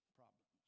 problems